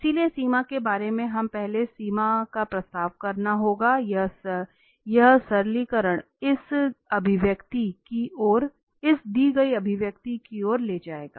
इसलिए सीमा के बारे में हमें पहले सीमा का प्रस्ताव करना होगा यह सरलीकरण इस अभिव्यक्ति की ओर ले जाएगा